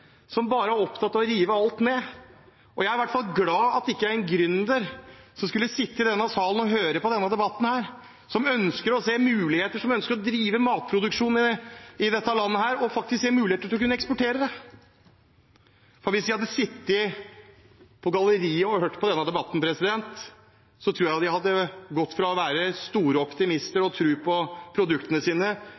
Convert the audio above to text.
som bare er opptatt av å rive alt ned. Jeg er i hvert fall glad for at jeg ikke er en gründer som skulle sitte i salen og høre på debatten – som ønsker å se muligheter, som ønsker å drive matproduksjon i dette landet og faktisk se muligheter for å kunne eksportere. For hvis de hadde sittet på galleriet og hørt på denne debatten, tror jeg de hadde gått fra å være store optimister og å ha tro på produktene sine